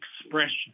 expression